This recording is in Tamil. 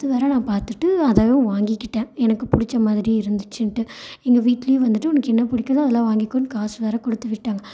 அதுவர நான் பார்த்துட்டு அதையும் வாங்கிக்கிட்டேன் எனக்கு பிடிச்ச மாதிரி இருந்துச்சின்ட்டு எங்கள் வீட்டிலையும் வந்துட்டு உனக்கு என்ன பிடிக்கிதோ அதெலாம் வாங்கிக்கோனு காசு வேற கொடுத்து விட்டாங்க